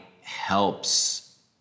helps